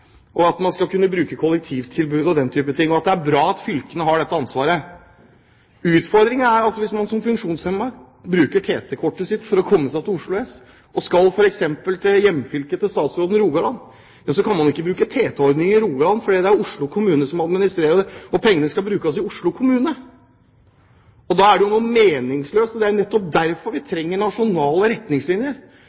har den, man skal kunne bruke kollektivtilbud og den type ting, og det er bra at fylkene har dette ansvaret. Utfordringen er altså at hvis man som funksjonshemmet bruker TT-kortet sitt for å komme seg til Oslo S og skal f.eks. til hjemfylket til statsråden, Rogaland, så kan man ikke bruke TT-ordningen i Rogaland, for det er Oslo kommune som administrerer den, og pengene skal brukes i Oslo kommune. Det er jo meningsløst, og det er nettopp derfor vi trenger nasjonale retningslinjer.